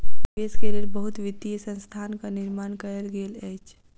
निवेश के लेल बहुत वित्तीय संस्थानक निर्माण कयल गेल अछि